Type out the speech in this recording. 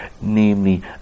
namely